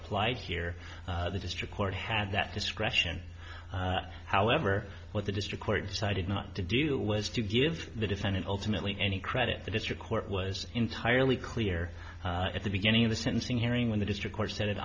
applied here the district court had that discretion however what the district court decided not to do was to give the defendant ultimately any credit the district court was entirely clear at the beginning of the sentencing hearing when the district cour